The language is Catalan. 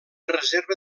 reserva